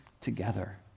together